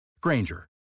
Granger